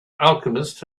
alchemist